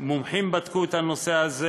מומחים בדקו את הנושא הזה.